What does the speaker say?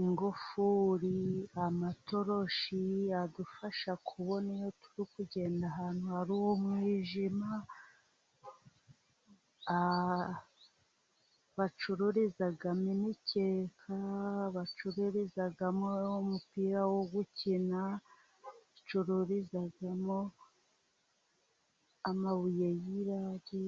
ingufuri, amatoroshi adufasha kubona iyo turi kugenda ahantu hari umwijima, bacururiza imikeka, bacururizamo umupira wo gukina, bacururizamo amabuye y'iradiyo.